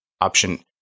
Option